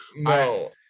No